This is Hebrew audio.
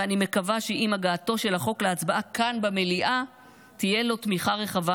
ואני מקווה שעם הגעתו של החוק להצבעה כאן במליאה תהיה בו תמיכה רחבה,